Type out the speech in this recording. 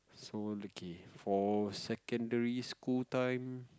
so okay for secondary school time